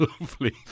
lovely